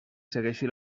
segueixi